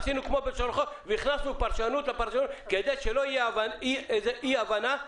עשינו כמו לשון החוק והכנסנו פרשנות לפרשנות כדי שלא תהיה אי הבנה.